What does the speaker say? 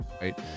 right